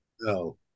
No